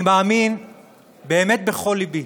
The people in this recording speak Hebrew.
אני מאמין באמת בכל לבי